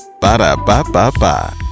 Ba-da-ba-ba-ba